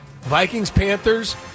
Vikings-Panthers